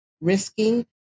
risking